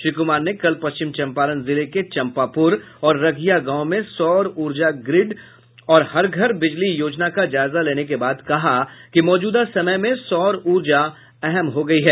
श्री कुमार ने पश्चिम चंपारण जिले के चंपापूर और रघिया गांव में सौर ऊर्जा ग्रिड और हर घर बिजली योजना का जायजा लेने के बाद कहा कि मौजूदा समय में सौर ऊर्जा अहम् हो गयी है